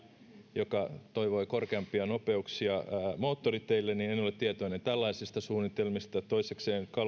joka toivoi korkeampia nopeuksia moottoriteille niin en ole tietoinen tällaisista suunnitelmista toisekseen